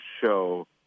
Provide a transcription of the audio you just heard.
show